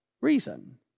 reason